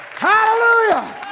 Hallelujah